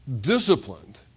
disciplined